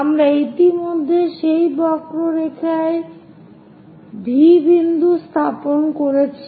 আমরা ইতিমধ্যেই সেই বক্ররেখায় V বিন্দু স্থাপন করেছি